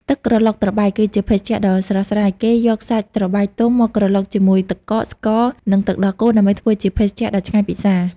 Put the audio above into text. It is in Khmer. ទឹកក្រឡុកត្របែក គឺជាភេសជ្ជៈដ៏ស្រស់ស្រាយ។ គេយកសាច់ត្របែកទុំមកក្រឡុកជាមួយទឹកកក ស្ករ និងទឹកដោះគោដើម្បីធ្វើជាភេសជ្ជៈដ៏ឆ្ងាញ់ពិសារ។